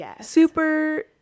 super